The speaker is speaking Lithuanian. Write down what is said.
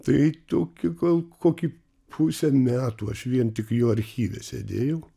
tai tokiu gal kokį pusę metų aš vien tik jo archyve sėdėjau